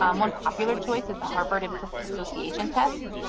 um one popular choice is the harvard implicit association test.